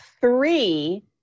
three